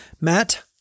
Matt